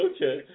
Okay